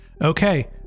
Okay